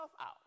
out